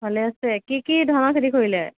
ভালে আছে কি কি ধানৰ খেতি কৰিলে